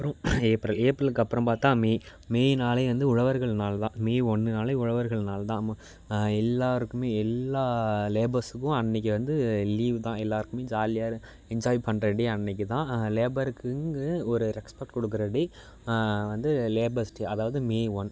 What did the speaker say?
அப்புறம் ஏப்ரல் ஏப்ரலுக்கு அப்புறம் பார்த்தா மே மேன்னாலே வந்து உழவர்கள் நாள் தான் மே ஒன்றுனாலே உழவர்கள் நாள் தான் அம்ம எல்லோருக்குமே எல்லா லேபர்ஸுக்கும் அன்னைக்கு வந்து லீவ் தான் எல்லோருக்குமே ஜாலியாக என்ஜாய் பண்ணுற டே அன்னைக்கு தான் லேபருக்குங்கு ஒரு ரெக்ஸ்பெக்ட் கொடுக்குற டே வந்து லேபர்ஸ் டே அதாவது மே ஒன்